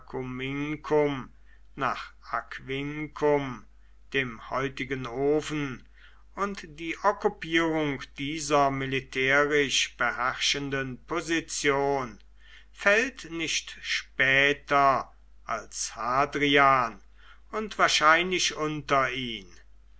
acumincum nach aquincum dem heutigen ofen und die okkupierung dieser militärisch beherrschenden position fällt nicht später als hadrian und wahrscheinlich unter